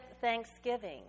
thanksgiving